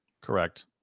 Correct